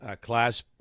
class